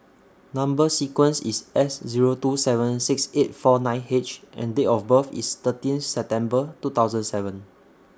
Number sequence IS S Zero two seven six eight four nine H and Date of birth IS thirteen September two thousand and seven